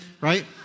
Right